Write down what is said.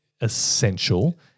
essential